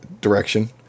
direction